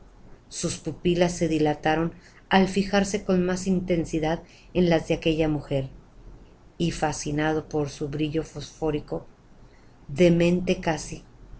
sus pupilas se dilataron al fijarse con más intensidad en las de aquella mujer y fascinado por su brillo fosfórico demente casi